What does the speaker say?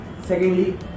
secondly